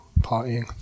partying